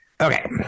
Okay